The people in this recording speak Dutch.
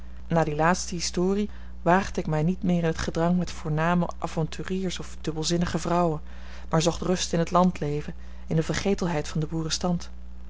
na die laatste historie waagde ik mij niet weer in t gedrang met voorname avonturiers of dubbelzinnige vrouwen maar zocht rust in het landleven in de vergetelheid van den